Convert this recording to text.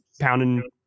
pounding –